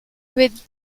with